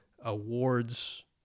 Awards